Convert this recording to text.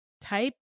type